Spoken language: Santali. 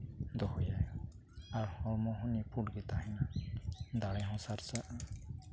ᱫᱚᱦᱚᱭᱟᱭ ᱟᱨ ᱦᱚᱲᱢᱚ ᱦᱚ ᱱᱤᱯᱷᱩᱴ ᱜᱮ ᱛᱟᱦᱮᱱᱟ ᱫᱟᱲᱮ ᱦᱚᱸ ᱥᱟᱨᱥᱟᱜᱼᱟ